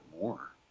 more